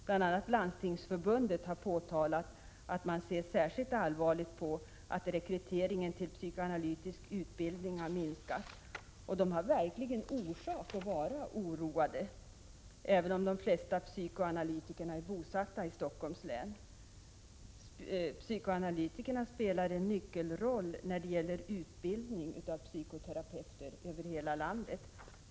Bl.a. Landstingsförbundet har påtalat att man ser särskilt — 15 januari 1988 allvarligt på att rekryteringen till psykoanalytisk utbildning har minskat. Och man har verkligen orsak att vara oroad, även om de flesta psykoanalytikerna är bosatta i Stockholms län. Psykoanalytikerna spelar en nyckelroll när det gäller utbildning av psykoterapeuter över hela landet.